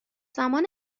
زمان